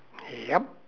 yup